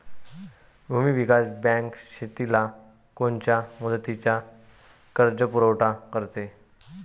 भूविकास बँक शेतीला कोनच्या मुदतीचा कर्जपुरवठा करते?